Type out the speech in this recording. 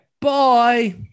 Bye